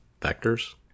Vectors